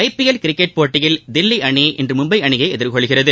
ஐ P L cricket போட்டியில் தில்லி அணி இன்று மும்பை அணியை எதிர்கொள்கிறது